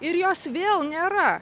ir jos vėl nėra